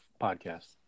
podcast